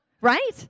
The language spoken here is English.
right